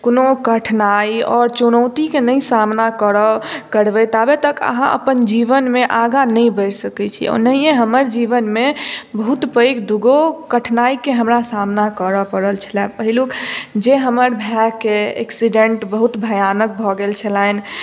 कोनो कठिनाइ आओर चुनौतीके नहि सामना करऽ करबै ताबत तक अहाँ अपन जीवनमे आगाँ नहि बढ़ि सकैत छी ओनहिए हमर जीवनमे बहुत पैघ दूगो कठिनाइके हमरा सामना करय पड़ल छले पहिलुक जे हमर भायकेँ एक्सीडेंट बहुत भयानक भऽ गेल छलनि